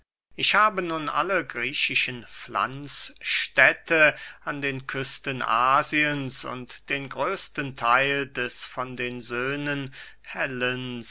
ich habe nun alle griechischen pflanzstädte an den küsten asiens und den größten theil des von den söhnen hellens